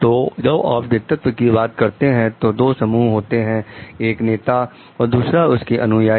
तो जब आप नेतृत्व की बात करते हैं तो दो समूह होते हैं एक नेता और दूसरा उनके अनुयाई